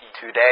Today